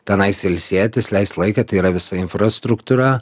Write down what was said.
tenais ilsėtis leist laiką tai yra visa infrastruktūra